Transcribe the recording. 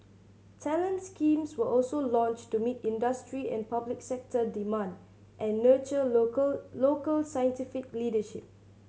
talent schemes were also launched to meet industry and public sector demand and nurture local local scientific leadership